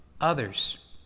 others